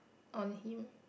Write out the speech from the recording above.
on him